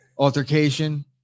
Altercation